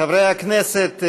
חברי הכנסת,